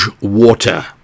water